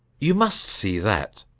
you must see that.